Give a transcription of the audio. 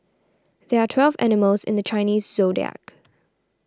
there are twelve animals in the Chinese zodiac